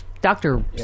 doctor